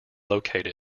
locate